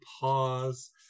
pause